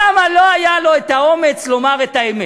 למה לא היה לו האומץ לומר את האמת?